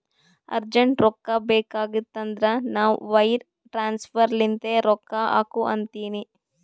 urgent ರೊಕ್ಕಾ ಬೇಕಾಗಿತ್ತಂದ್ರ ನಾ ವೈರ್ ಟ್ರಾನ್ಸಫರ್ ಲಿಂತೆ ರೊಕ್ಕಾ ಹಾಕು ಅಂತಿನಿ